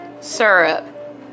syrup